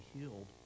healed